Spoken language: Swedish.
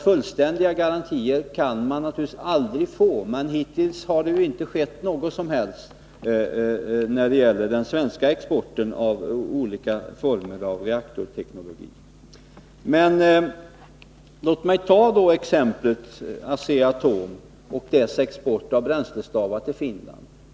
Fullständiga garantier kan man naturligtvis aldrig få, men hittills har det ju inte skett något som helst missbruk när det gäller den svenska exporten av olika former av reaktorteknologi. Låt mig återkomma till exemplet Asea-Atom och dess export av bränslestavar till Finland.